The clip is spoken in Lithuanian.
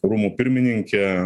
rūmų pirmininkė